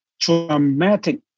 traumatic